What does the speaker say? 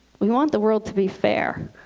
we want the world to be fair.